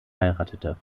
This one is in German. heiratete